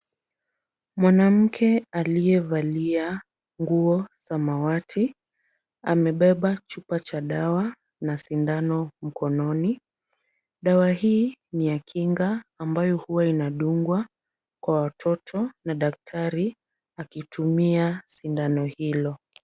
Mwanamke aliyevalia nguo samawati. Amebeba chupa cha dawa na sindano mkononi. Dawa hii ni ya kinga ambayo huwa inadungwa kwa watoto na daktari, akitumia sindano hilo.